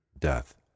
death